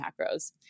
macros